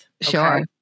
Sure